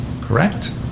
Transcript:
correct